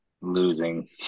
Losing